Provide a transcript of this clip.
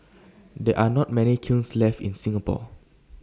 there are not many kilns left in Singapore